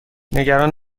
نگران